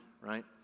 right